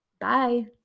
Bye